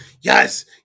yes